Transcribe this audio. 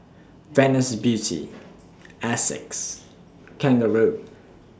Venus Beauty Asics Kangaroo